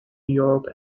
europe